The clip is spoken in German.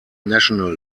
national